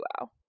wow